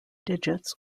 digits